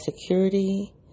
security